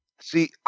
See